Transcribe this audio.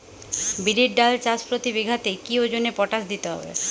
বিরির ডাল চাষ প্রতি বিঘাতে কি ওজনে পটাশ দিতে হবে?